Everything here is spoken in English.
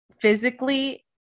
physically